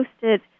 posted